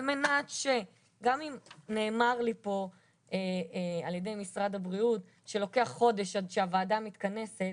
גם אם נאמר לי פה על ידי משרד הבריאות שלוקח חודש עד שהוועדה מתכנסת,